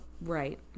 Right